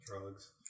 drugs